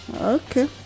Okay